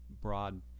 broad